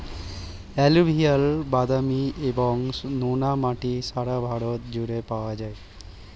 alluvial, বাদামি এবং নোনা মাটি সারা ভারত জুড়ে পাওয়া যায়